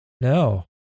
No